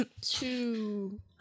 Two